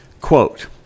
Quote